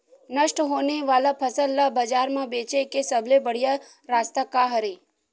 नष्ट होने वाला फसल ला बाजार मा बेचे के सबले बढ़िया रास्ता का हरे?